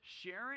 sharing